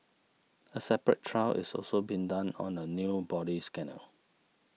a separate trial is also being done on a new body scanner